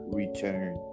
return